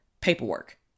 paperwork